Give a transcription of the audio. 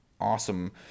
awesome